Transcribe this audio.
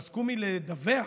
פסקו מלדווח,